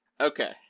Okay